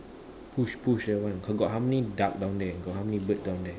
push push that one got how many duck down there got how many bird down there